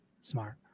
Smart